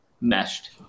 meshed